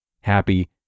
happy